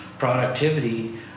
Productivity